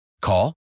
Call